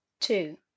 Two